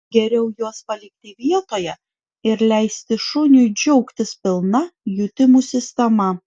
geriau juos palikti vietoje ir leisti šuniui džiaugtis pilna jutimų sistema